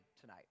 tonight